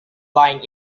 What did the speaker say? line